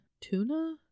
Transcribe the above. tuna